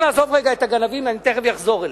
עכשיו נעזוב רגע את הגנבים, אני תיכף אחזור אליהם.